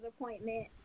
appointment